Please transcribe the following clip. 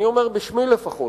אני אומר בשמי לפחות,